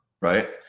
right